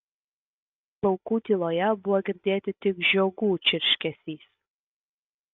laukų tyloje buvo girdėti tik žiogų čirškesys